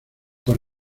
por